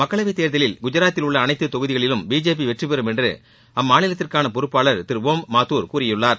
மக்களவைத்தேர்தலில் குஜராத்தில் உள்ள அனைத்து தொகுதிகளிலும் பிஜேபி வெற்றிபெறும் என்று அம்மாநிலத்திற்கான பொறுப்பாளர் திரு ஓம் மாத்தூர் கூறியுள்ளார்